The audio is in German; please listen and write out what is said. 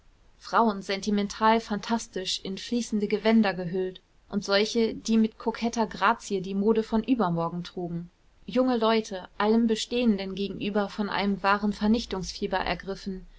frauen sentimental phantastisch in fließende gewänder gehüllt und solche die mit koketter grazie die mode von übermorgen trugen junge leute allem bestehenden gegenüber von einem wahren vernichtungsfieber ergriffen